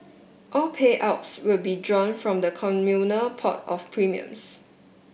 all payouts will be drawn from the communal pot of premiums